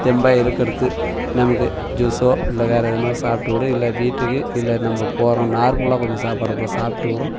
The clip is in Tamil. தெம்பா இருக்கிறது நமக்கு ஜூஸோ இல்லை வேறே எதுனா சாப்பிட்டு கூட இல்லை வீட்டுக்கு இல்லை நம்ம போகிறோம் நார்மலாக கொஞ்சம் சாப்பாடு கூட சாப்பிட்டு கூட